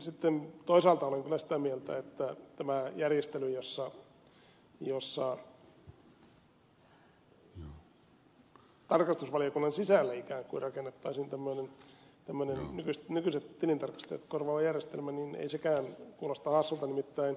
sitten toisaalta olen kyllä sitä mieltä että tä mä järjestely jossa tarkastusvaliokunnan sisälle ikään kuin rakennettaisiin nykyiset tilintarkastajat korvaava järjestelmä ei sekään kuulosta hassulta